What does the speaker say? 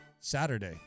saturday